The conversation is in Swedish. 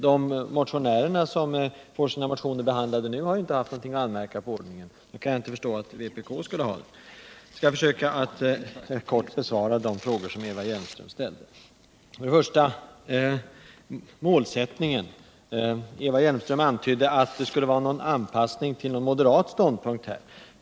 De ledamöter vilkas motioner nu behandlas har inte haft något att anmärka på handläggningen, och jag kan då inte förstå varför vpk skulle ha det. Jag skall försöka att kort besvara de frågor som Eva Hjelmström ställde. Vad först gäller målsättningen antydde Eva Hjelmström att det skulle vara fråga om en anpassning till en moderat ståndpunkt.